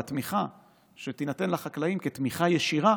אלא התמיכה שתינתן לחקלאים כתמיכה ישירה